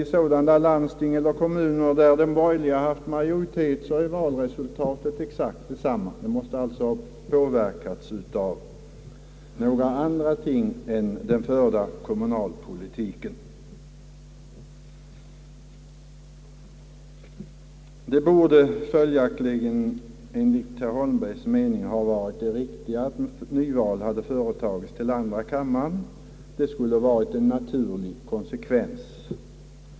I sådana landsting och kommuner där de borgerliga haft majoritet har valresultatet blivit detsamma som i kommuner och landsting med socialdemokratisk majoritet. Utgången måste alltså ha påverkats av någonting annat än den förda kommunalpolitiken. Enligt herr Holmbergs mening skulle det vara en naturlig konsekvens att företa nyval till andra kammaren.